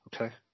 okay